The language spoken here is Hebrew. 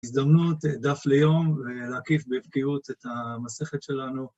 הזדמנות דף ליום ולהקיף בבקיאות את המסכת שלנו